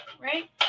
right